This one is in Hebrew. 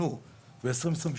ב-2022.